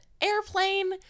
airplane